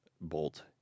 Bolt